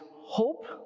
hope